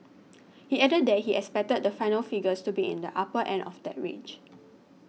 he added that he expected the final figures to be in the upper end of that range